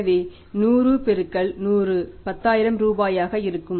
எனவே 100 பெருக்கல் 100 10000 ரூபாயாக இருக்கும்